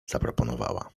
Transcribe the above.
zaproponowała